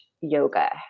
Yoga